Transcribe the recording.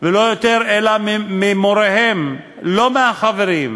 ולא יותר אלא ממוריהם, לא מהחברים,